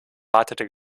wartete